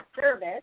service